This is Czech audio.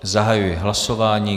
Zahajuji hlasování.